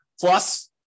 Plus